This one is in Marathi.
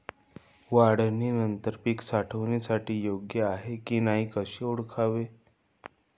काढणी नंतर पीक साठवणीसाठी योग्य आहे की नाही कसे ओळखावे?